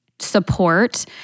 Support